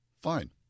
Fine